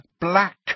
Black